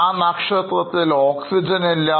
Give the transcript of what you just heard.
ആ നക്ഷത്രത്തിൽ ഓക്സിജൻ ഇല്ല